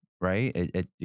right